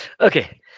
okay